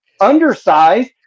Undersized